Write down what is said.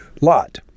Lot